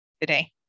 today